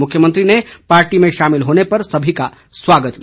मुख्यमंत्री ने पार्टी में शामिल होने पर सभी का स्वागत किया